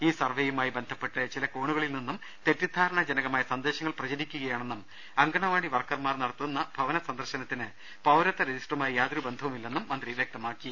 ഈ സർവ്വേയുമായി ബന്ധപ്പെട്ട് ചില കോണുകളിൽ നിന്നും തെറ്റിദ്ധാരണാജനകമായ സന്ദേശങ്ങൾ പ്രചരിക്കുകയാണെന്നും അംഗണവാടി വർക്കർമാർ നടത്തുന്ന ഭവന സന്ദർശനത്തിന് പൌരത്വ രജിസ്റ്ററുമായി യാതൊരു ബന്ധവുമില്ലെന്നും മന്ത്രി വ്യക്തമാക്കി